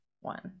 one